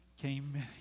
came